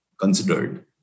considered